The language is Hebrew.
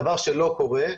דבר שלא קורה.